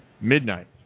midnight